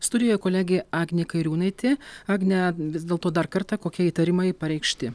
studijoje kolegė agnė kairiūnaitė agne vis dėlto dar kartą kokie įtarimai pareikšti